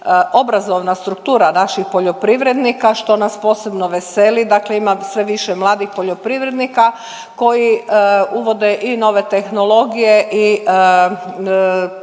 obrazovna struktura naših poljoprivrednika, što nas posebno veseli, dakle ima sve više mladih poljoprivrednika koji uvode i nove tehnologije i promijenili